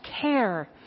care